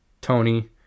Tony